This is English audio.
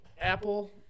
Apple